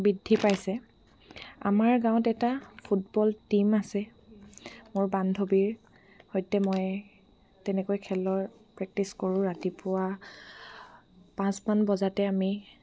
বৃদ্ধি পাইছে আমাৰ গাঁৱত এটা ফুটবল টীম আছে মোৰ বান্ধৱীৰ সৈতে মই তেনেকৈ খেলৰ প্ৰেক্টিচ কৰোঁ ৰাতিপুৱা পাঁচ মান বজাতে আমি